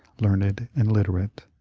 learned and illiterate.